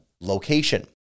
location